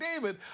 David